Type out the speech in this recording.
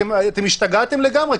השתגעתם לגמרי,